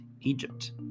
Egypt